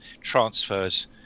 transfers